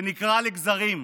ונקרע לגזרים,